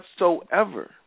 whatsoever